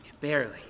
Barely